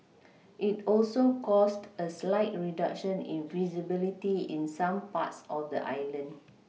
it also caused a slight reduction in visibility in some parts of the island